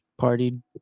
Partied